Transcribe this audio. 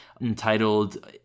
entitled